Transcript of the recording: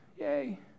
yay